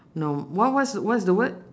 no what what's what's the word